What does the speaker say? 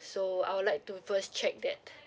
so I would like to first check that